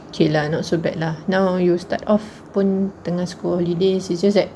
okay lah not so bad lah now you start of pun tengah school holidays it's just that